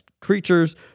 creatures